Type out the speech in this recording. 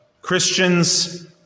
Christians